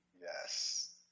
Yes